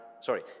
sorry